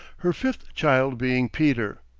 her fifth child being peter,